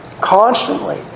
constantly